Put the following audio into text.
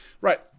Right